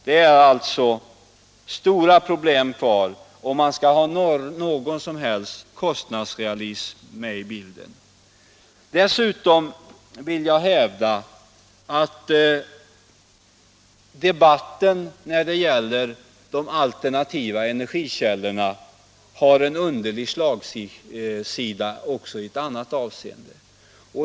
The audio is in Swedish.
Det är alltså stora problem kvar att lösa, om man skall ha någon som helst kostnadsrealism med i bilden. Dessutom vill jag hävda att debatten om de alternativa energikällorna har en underlig slagsida också i ett annat avseende.